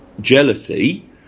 jealousy